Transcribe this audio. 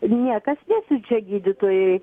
niekas nesiunčia gydytojai